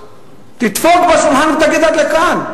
תדפוק על השולחן ותגיד: עד כאן,